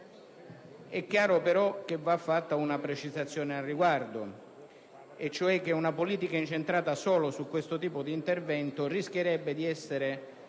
È chiaro che va fatta una precisazione al riguardo, cioè che una politica incentrata solo su questo tipo di intervento rischierebbe di essere